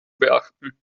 beachten